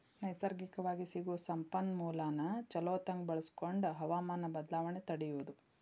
ನೈಸರ್ಗಿಕವಾಗಿ ಸಿಗು ಸಂಪನ್ಮೂಲಾನ ಚುಲೊತಂಗ ಬಳಸಕೊಂಡ ಹವಮಾನ ಬದಲಾವಣೆ ತಡಿಯುದು